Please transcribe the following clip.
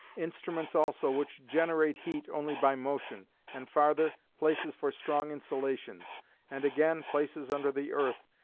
instruments also which generate heat only by motion. and farther, places for strong insulations and again, places under the earth,